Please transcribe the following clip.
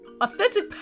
authentic